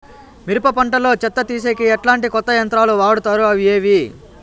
మిరప పంట లో చెత్త తీసేకి ఎట్లాంటి కొత్త యంత్రాలు వాడుతారు అవి ఏవి?